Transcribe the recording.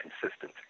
consistent